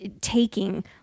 taking